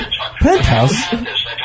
Penthouse